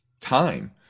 time